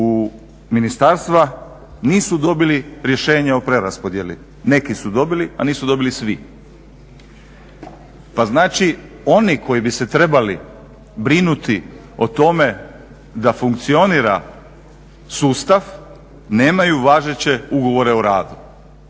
u ministarstva nisu dobili rješenje o preraspodijeli neki su dobili a nisu dobili svi. Pa znači oni koji bi se trebali brinuti o tome da funkcionira sustav nemaju važeće ugovore o radu.